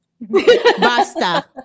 Basta